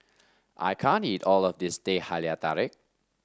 I can't eat all of this Teh Halia Tarik